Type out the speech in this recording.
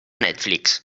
netflix